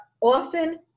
often